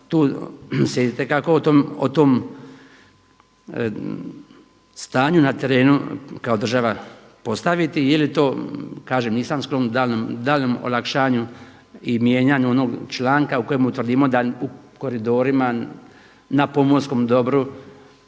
tu se itekako o tom stanju na terenu kao država postaviti ili to kažem nisam sklon daljnjem olakšanju i mijenjanju onog članka u kojemu tvrdimo da u koridorima na pomorskom dobru